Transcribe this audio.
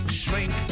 shrink